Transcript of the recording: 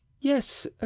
Yes